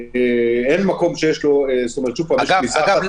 אין מקום שיש כניסה אחת למקום --- אגב,